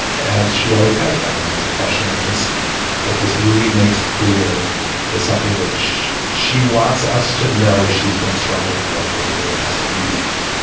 as she always has been and that's a question that this that this movie makes clear is something that she she wants us to know she's been struggling with over the last few years.